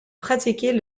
pratiquer